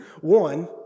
One